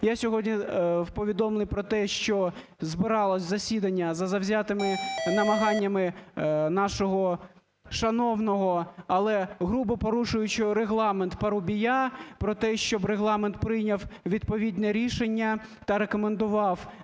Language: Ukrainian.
Я сьогодні в повідомленні про те, що збиралося засідання за завзятими намаганнями нашого шановного, але грубопорушуючого Регламент Парубія, про те, щоб Регламент прийняв відповідне рішення та рекомендував